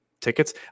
tickets